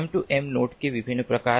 M2M nodes के विभिन्न प्रकार हैं